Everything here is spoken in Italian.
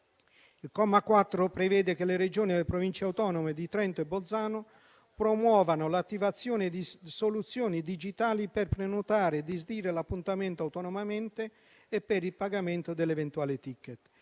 Il comma 4 prevede che le Regioni e le Province autonome di Trento e Bolzano promuovano l'attivazione di soluzioni digitali per prenotare e disdire l'appuntamento autonomamente e per il pagamento dell'eventuale *ticket*.